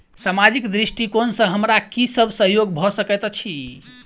सामाजिक दृष्टिकोण सँ हमरा की सब सहयोग भऽ सकैत अछि?